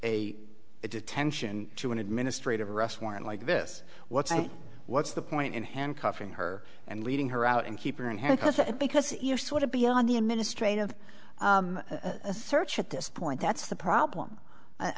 a detention to an administrative arrest warrant like this what's what's the point in handcuffing her and leading her out and keeping her in handcuffs because you're sort of beyond the administrative search at this point that's the problem i